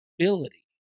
ability